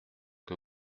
que